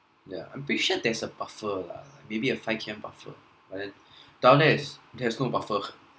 yeah I'm pretty sure there is a buffer lah like maybe a five K_M buffer but then down there there is no buffer